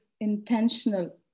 intentional